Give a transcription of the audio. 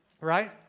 right